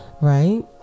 right